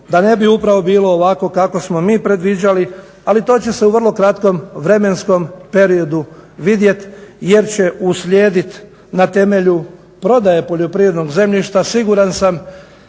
da ne bi upravo bilo ovako kako smo mi predviđali, ali to će se u vrlo kratkom vremenskom periodu vidjet jer će uslijedit na temelju prodaje poljoprivrednog zemljišta siguran sam